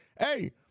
hey –